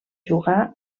jugar